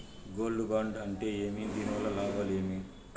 Gold bond అంటే ఏమి? దీని వల్ల లాభాలు ఏమి?